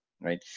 right